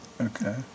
Okay